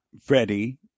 Freddie